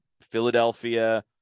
Philadelphia